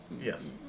Yes